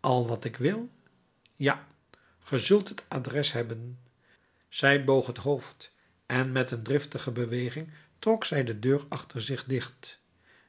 al wat ik wil ja ge zult het adres hebben zij boog het hoofd en met een driftige beweging trok zij de deur achter zich dicht